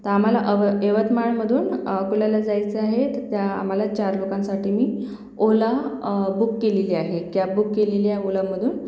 तर आम्हाला अव यवतमाळमधून अकोल्याला जायचं आहे तर त्या आम्हाला चार लोकांसाठी मी ओला बुक केलेली आहे कॅब बुक केलेली आहे ओलामधून